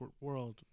world